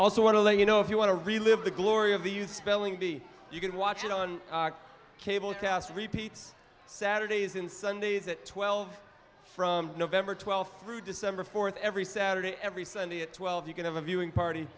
also want to let you know if you want to relive the glory of the youth spelling bee you can watch it on cable cast repeats saturdays and sundays at twelve from nov twelfth through december fourth every saturday every sunday at twelve you can have a viewing party